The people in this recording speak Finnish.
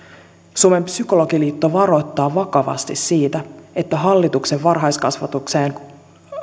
suomen psykologiliitto varoittaa vakavasti siitä että hallituksen varhaiskasvatukseen